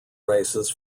races